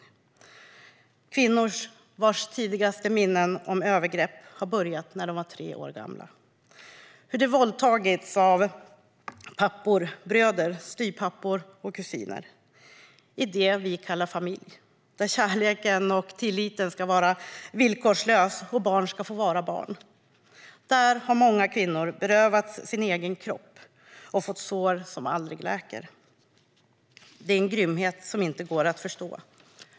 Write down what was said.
De har handlat om kvinnor vars tidigaste minnen om övergrepp är från när de var tre år gamla. De handlar om hur de våldtagits av pappor, bröder, styvpappor och kusiner. I det vi kallar för familj, där kärleken och tilliten ska vara villkorslös och där barn ska få vara barn, har många kvinnor berövats sin egen kropp och fått sår som aldrig läker. Det är en grymhet som inte går att förstå.